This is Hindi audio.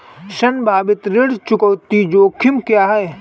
संभावित ऋण चुकौती जोखिम क्या हैं?